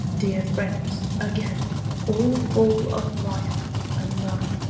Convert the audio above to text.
dear friends, again all full of life and mirth.